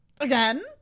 Again